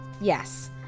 Yes